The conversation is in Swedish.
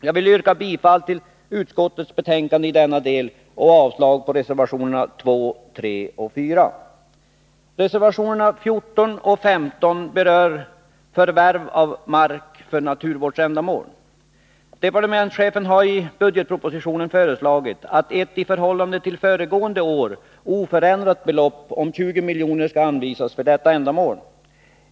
Jag yrkar bifall till utskottets hemställan i denna del och avslag på reservationerna 2, 3 och 4. Departementschefen har i budgetpropositionen föreslagit att ett i förhållande till föregående år oförändrat belopp om 20 miljoner skall anvisas för detta ändamål.